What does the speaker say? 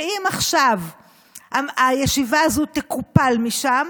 ואם עכשיו הישיבה הזו תקופל משם,